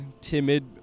timid